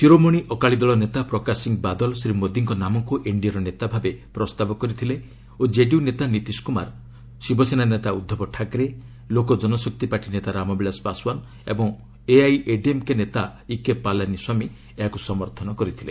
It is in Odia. ଶିରୋମଣି ଅକାଳି ଦଳ ନେତା ପ୍ରକାଶ ସିଂହ ବାଦଲ ଶ୍ରୀ ମୋଦିଙ୍କ ନାମକୁ ଏନ୍ଡିଏର ନେତା ଭାବେ ପ୍ରସ୍ତାବ କରିଥିଲେ ଓ କେଡିୟୁ ନେତା ନିତଶ କୁମାର ଶିବ ସେନା ନେତା ଉଦ୍ଧବ ଠାକରେ ଲୋକ ଜନଶକ୍ତି ପାର୍ଟି ନେତା ରାମବିଳାଶ ପାଶଓ୍ୱାନ ଏବଂ ଏଆଇଏଡିଏମ୍କେ ନେତା ଇକେ ପାଲାନିସ୍ୱାମୀ ଏହାକୁ ସମର୍ଥନ କରିଥିଲେ